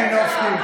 מלינובסקי.